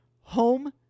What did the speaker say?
home